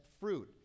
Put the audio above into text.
fruit